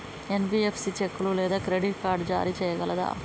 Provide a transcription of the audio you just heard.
NBFC చెక్కులు లేదా credit card జారీ చేయగలదా?